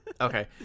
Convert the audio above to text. Okay